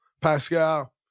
Pascal